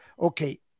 Okay